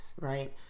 Right